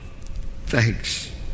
thanks